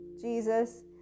jesus